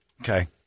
Okay